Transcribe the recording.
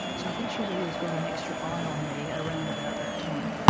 so i think she is always got an extra eye on me around about that time.